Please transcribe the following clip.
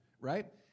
right